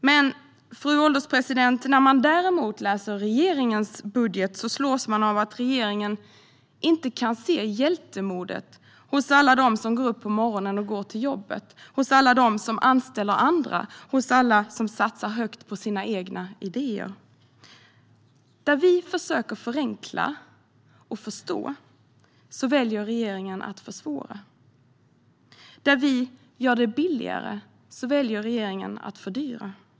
När man läser regeringens budget, fru ålderspresident, slås man dock av att regeringen inte kan se hjältemodet hos alla som går upp på morgonen och går till jobbet, hos alla som anställer andra och hos alla som satsar högt på sina egna idéer. Där vi försöker förenkla och förstå väljer regeringen att försvåra. Där vi gör det billigare väljer regeringen att fördyra.